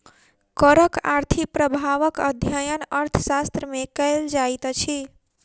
करक आर्थिक प्रभावक अध्ययन अर्थशास्त्र मे कयल जाइत अछि